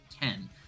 ten